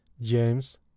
James